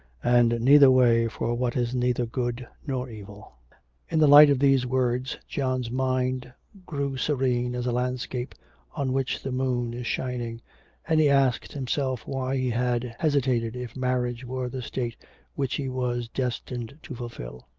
and neither way for what is neither good nor evil in the light of these words john's mind grew serene as a landscape on which the moon is shining and he asked himself why he had hesitated if marriage were the state which he was destined to fulfil?